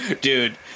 dude